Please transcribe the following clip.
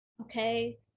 okay